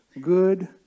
good